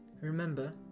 remember